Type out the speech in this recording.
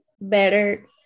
better